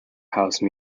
house